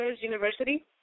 University